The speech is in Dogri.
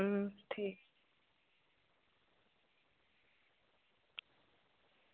हां ठीक